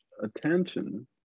attention